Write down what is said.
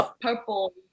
purple